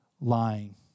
lying